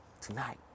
tonight